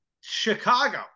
Chicago